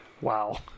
wow